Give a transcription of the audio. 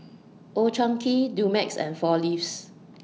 Old Chang Kee Dumex and four Leaves